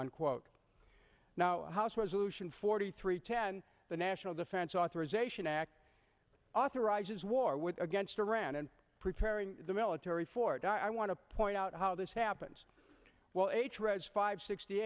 unquote now house resolution forty three ten the national defense authorization act authorizes war with against iran and preparing the military for it i want to point out how this happens well h read five sixty